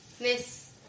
miss